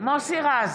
מוסי רז,